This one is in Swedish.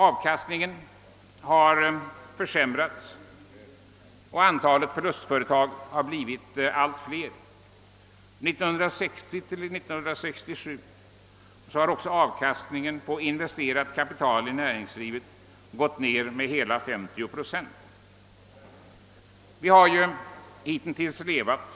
Avkastningen har försämrats och antalet förlustföretag har blivit allt större. Under åren 1960—1967 har också avkastningen på investerat kapital i näringslivet gått ned med hela 50 procent. Vi har hittills levat